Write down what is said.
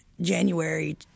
January